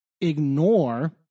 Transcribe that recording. ignore